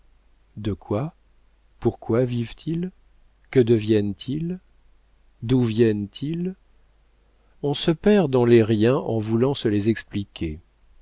de quoi pourquoi vivent-ils que deviennent ils d'où viennent-ils on se perd dans les riens en voulant se les expliquer